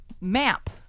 map